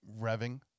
revving